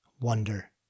Wonder